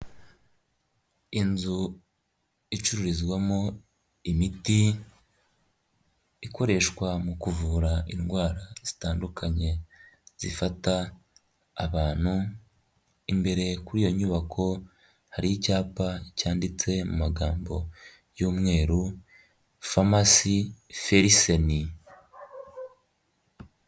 Inzu icururizwamo imiti ikoreshwa mu kuvura indwara zitandukanye zifata abantu, imbere kuri iyo nyubako hari icyapa cyanditse mu magambo y'umweru famasi feriseni.